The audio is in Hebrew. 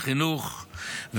משרד החינוך,